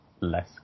less